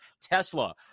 Tesla